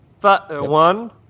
One